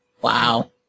Wow